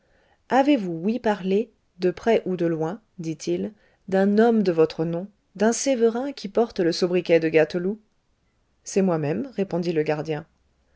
avez-vous ouï parler de près ou de loin dit-il d'un homme de votre nom d'un sévérin qui porte le sobriquet de gâteloup c'est moi-même répondit le gardien